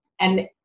And-